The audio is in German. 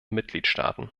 mitgliedstaaten